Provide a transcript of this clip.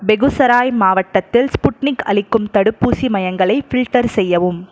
பெகுசராய் மாவட்டத்தில் ஸ்புட்னிக் அளிக்கும் தடுப்பூசி மையங்களை ஃபில்டர் செய்யவும்